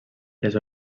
les